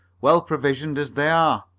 well provisioned as they are.